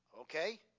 Okay